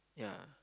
yeah